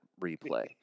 replay